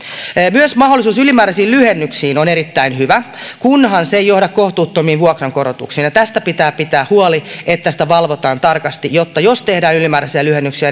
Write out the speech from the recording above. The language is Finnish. myös mahdollisuus ylimääräisiin lyhennyksiin on erittäin hyvä kunhan se ei johda kohtuuttomiin vuokrankorotuksiin tästä pitää pitää huoli että sitä valvotaan tarkasti jotta jos tehdään ylimääräisiä lyhennyksiä